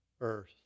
earth